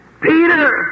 Peter